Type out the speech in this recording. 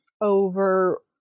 over